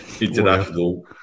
international